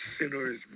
sinners